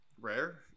rare